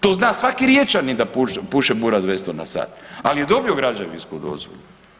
To zna svaki Riječanin da puše bura 200 na sat, ali je dobio građevinsku dozvolu.